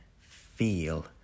feel